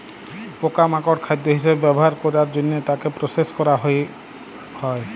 পকা মাকড় খাদ্য হিসবে ব্যবহার ক্যরের জনহে তাকে প্রসেস ক্যরা হ্যয়ে হয়